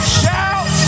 shout